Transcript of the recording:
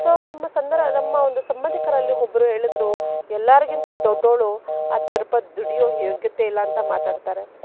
so ನಮ್ಮ ಸಂದರ ನಮ್ಮ ಒಂದು ಸಂಬಂಧಿಕರಲ್ಲಿ ಒಬ್ಬರು ಹೇಳದ್ರು ಎಲ್ಲರ್ಗಿಂತ ದೊಡ್ಡೋಳು ಹತ್ತು ರೂಪಾಯಿ ದುಡಿಯೋ ಯೋಗ್ಯತೆ ಇಲ್ಲ ಅಂತ ಮಾತಾಡ್ತಾರೆ